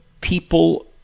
people